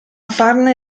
farne